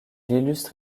illustre